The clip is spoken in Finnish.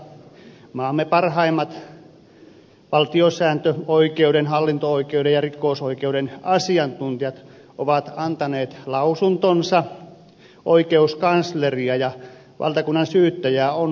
maamme parhaimmat valtiosääntöoikeuden hallinto oikeuden ja rikosoikeuden asiantuntijat ovat antaneet lausuntonsa oikeuskansleria ja valtakunnansyyttäjää on kuultu